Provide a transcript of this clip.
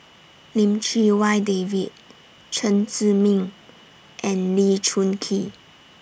Lim Chee Wai David Chen Zhiming and Lee Choon Kee